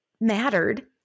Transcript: mattered